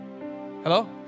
Hello